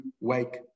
wake